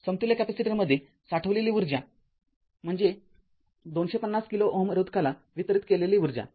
समतुल्य कॅपेसिटरमध्ये साठवलेली ऊर्जा म्हणजे 250 किलो Ω रोधकाला वितरित केलेली ऊर्जा